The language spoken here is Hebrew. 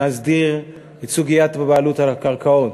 להסדיר את סוגיית הבעלות על הקרקעות,